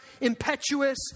impetuous